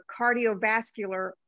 cardiovascular